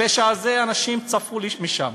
הפשע הזה, אנשים צפו שם.